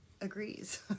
agrees